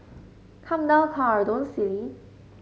come down car don't silly